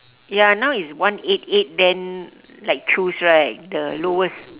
ya now is one eight eight then like choose right the lowest